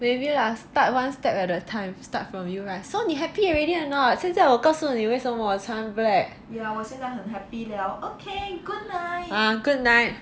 maybe lah start one step at a time start from you lah so 你 happy already or not 现在我告诉你为什么我穿 black